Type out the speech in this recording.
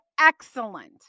excellent